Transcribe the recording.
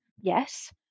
yes